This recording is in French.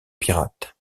pirates